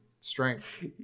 strength